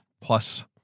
plus